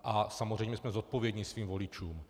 A samozřejmě jsme zodpovědní svým voličům.